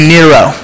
Nero